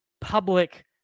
public